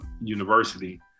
university